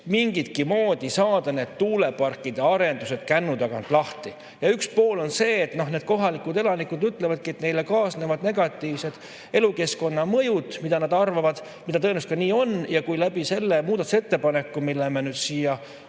mingitki moodi saada need tuuleparkide arendused kännu tagant lahti. Üks pool on see, et noh need kohalikud elanikud ütlevadki, et neile kaasnevad negatiivsed elukeskkonnamõjud, nii nad arvavad. Tõenäoliselt see nii ka on. Ja kui me saame selle muudatusettepanekuga, mille me nüüd siia